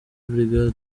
brig